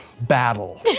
Battle